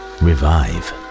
revive